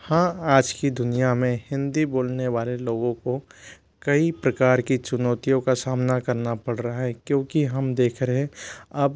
हाँ आज की दुनिया में हिन्दी बोलने वाले लोगों को कई प्रकार की चुनौतियों का सामना करना पड़रा है क्योंकि हम देख रहे हैं अब